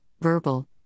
verbal